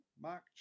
Mark